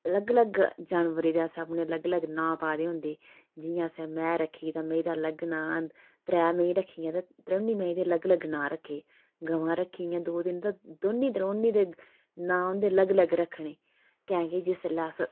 अलग अलग जानवरें दे असें अपने अलग अलग नांऽ पाए दे होंदे जियां असें मैंह् रक्खी दी मेंही दा अलग नांऽ त्रै मेहियां रक्खी दियां ते त्रौने मेंही दे अलग अलग नांऽ रक्खे दे गवां रक्खी दियां दो तिन्न ते दोन्ने त्रौन्ने दे नांऽ उं'दे अलग अलग रक्खने कैंह् कि जिसलै अस